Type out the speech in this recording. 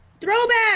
Throwback